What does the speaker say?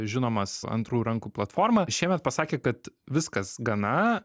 žinomas antrų rankų platforma šiemet pasakė kad viskas gana